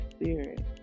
Spirit